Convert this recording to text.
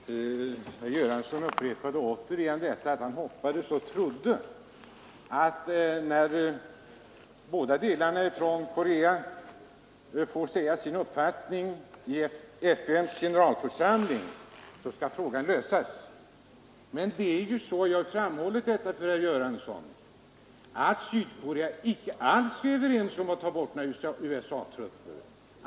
Herr talman! Herr Göransson upprepade återigen detta att han hoppades och trodde att när de båda delarna av Korea får framföra sin uppfattning i FN:s generalförsamling så skall frågan lösas. Men jag har ju framhållit för herr Göransson att Sydkorea inte alls går med på att ta bort några USA-trupper.